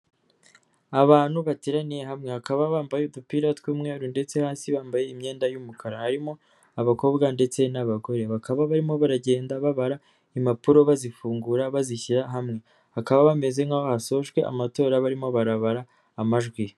Abantu bateraniye hamwe bakaba bambaye udupira tw'umweru ndetse hasi bambaye imyenda y'umukara. Harimo abakobwa ndetse n'abagore, bakaba barimo baragenda babara impapuro bazifungura bazishyira hamwe. Bakaba bameze nkaho hasojwe amatora barimo barabara amajwi.